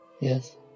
Yes